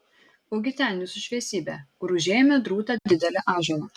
ugi ten jūsų šviesybe kur užėjome drūtą didelį ąžuolą